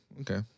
okay